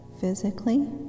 physically